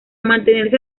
mantenerse